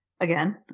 again